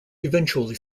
eventually